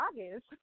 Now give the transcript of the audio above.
August